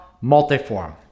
multiform